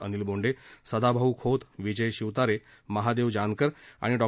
अनिल बोंडप्र सदाभाऊ खोत विजय शिवतारा महादव जानकर आणि डॉ